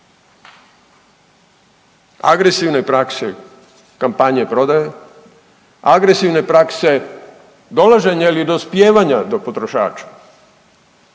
Agresivne prakse kampanje prodaje, agresivne prakse dolaženja ili dospijevanja do potrošača,